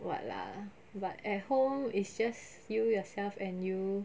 what lah but at home it's just you yourself and you